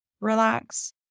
relax